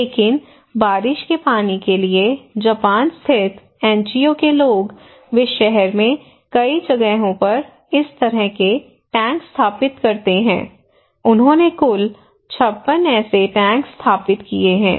लेकिन बारिश के पानी के लिए जापान स्थित एनजीओ के लोग वे शहर में कई जगहों पर इस तरह के टैंक स्थापित करते हैं उन्होंने कुल 56 ऐसे टैंक स्थापित किए हैं